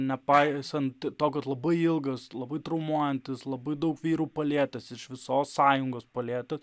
nepaisant to kad labai ilgas labai traumuojantis labai daug vyrų palietęs iš visos sąjungos palietęs